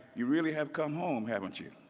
you really have come home, haven't you?